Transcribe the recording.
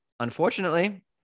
Unfortunately